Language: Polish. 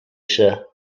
się